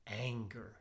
anger